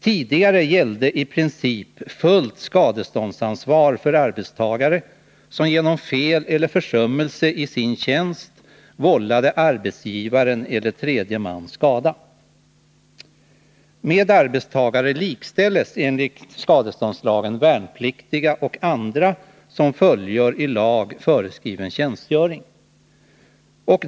Tidigare gällde i princip fullt skadeståndsansvar för arbetstagare som genom fel eller försummelse i sin tjänst vållade arbetsgivaren eller tredje man skada. Med arbetstagare likställs enligt skadeståndslagen värnpliktiga och andra som fullgör i lag föreskriven tjänstgöring.